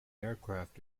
aircraft